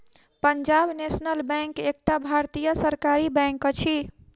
Punjab national bank एकटा भारतीय सरकारी बैंक अछि